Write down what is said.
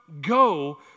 go